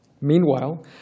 Meanwhile